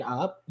up